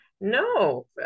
No